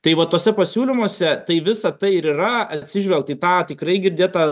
tai va tuose pasiūlymuose tai visa tai ir yra atsižvelgta į tą tikrai girdėtą